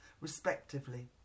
respectively